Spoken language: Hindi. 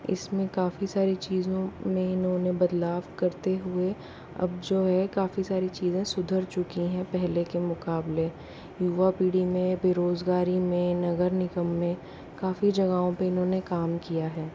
इसमें काफी सारी चीज़ों में इन्होने बदलाव करते हुए अब जो हैं काफी सारी चीज़ें सुधर चुकी हैं पहले के मुकाबले युवा पीढ़ी में बेरोज़गारी में नगर निगम में काफी जगहों पर इन्होने काम किया है